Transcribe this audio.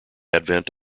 advent